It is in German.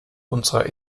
unserer